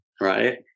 right